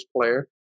player